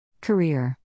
Career